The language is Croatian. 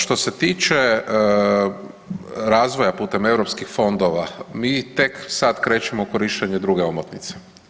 Što se tiče razvoja putem EU fondova mi tek sad krećemo u korištenje druge omotnice.